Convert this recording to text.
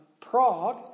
Prague